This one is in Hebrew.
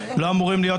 לא אמורים להיות,